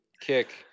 kick